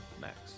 Max